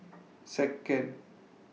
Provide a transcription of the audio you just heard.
Second